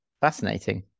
Fascinating